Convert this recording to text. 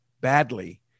badly